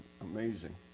Amazing